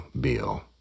bill